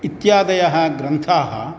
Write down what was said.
इत्यादयः ग्रन्थाः